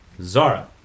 Zara